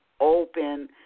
open